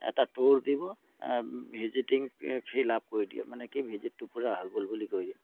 এটা টুৰ দিব ভিজিটিং এই ফিল আপ কৰি দিয়ে মানে কি ভিজিটটো পূৰা হৈ গ'ল বুলি কৈ দিয়ে